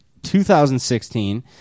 2016